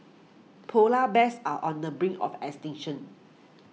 Polar Bears are on the brink of extinction